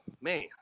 man